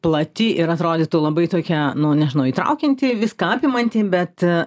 plati ir atrodytų labai tokia nu nežinau įtraukianti viską apimanti bet